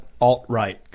alt-right